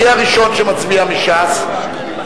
מי הראשון שמצביע מש"ס?